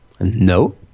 No